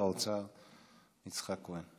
האוצר יצחק כהן.